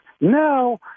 Now